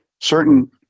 certain